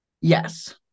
Yes